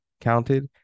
counted